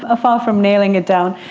ah far from nailing it down.